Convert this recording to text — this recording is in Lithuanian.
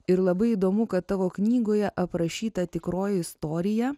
ir labai įdomu kad tavo knygoje aprašyta tikroji istorija